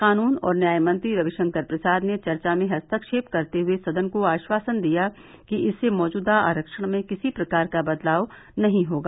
कानून और न्याय मंत्री रविशंकर प्रसाद ने चर्चा में हस्तक्षेप करते हुए सदन को आश्वासन दिया कि इससे मौजूदा आरक्षण में किसी प्रकार का बदलाव नहीं होगा